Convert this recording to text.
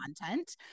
content